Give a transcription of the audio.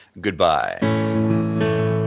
Goodbye